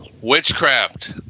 witchcraft